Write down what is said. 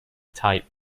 typed